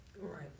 Right